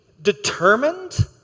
determined